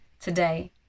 today